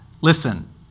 listen